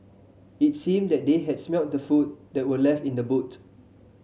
it seemed that they had smelt the food that were left in the boot